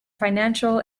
financial